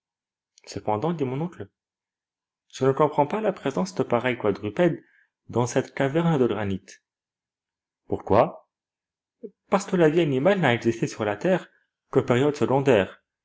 cependant cependant dit mon oncle je ne comprends pas la présence de pareils quadrupèdes dans cette caverne de granit pourquoi parce que la vie animale n'a existé sur la terre qu'aux périodes secondaires